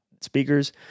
speakers